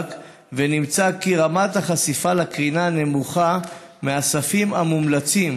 שנבדק ונמצא כי רמת החשיפה לקרינה נמוכה מהספים המומלצים.